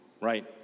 right